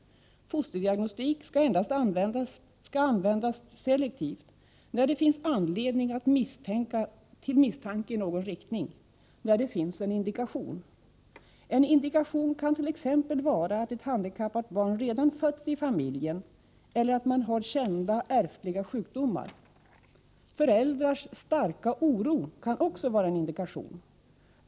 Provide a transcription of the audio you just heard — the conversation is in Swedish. Fosterdiagnostik skall användas selektivt när det finns anledning till misstanke i någon riktning, när det finns en indikation. En indikation kan t.ex. vara att ett handikappat barn redan fötts i familjen eller att man har kända ärftliga sjukdomar. Föräldrars starka oro kan också vara en indikation.